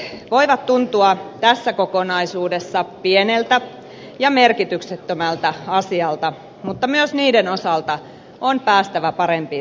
hajajätevedet voivat tuntua tässä kokonaisuudessa pieneltä ja merkityksettömältä asialta mutta myös niiden osalta on päästävä parempiin tuloksiin